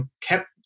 kept